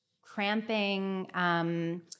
cramping